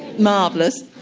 marvellous.